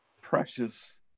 Precious